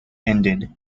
ended